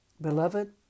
Beloved